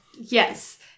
Yes